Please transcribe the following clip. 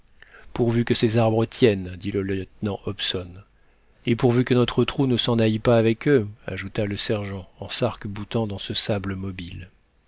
pourvu que ces arbres tiennent dit le lieutenant hobson et pourvu que notre trou ne s'en aille pas avec eux ajouta le sergent en sarc boutant dans ce sable mobile